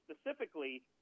specifically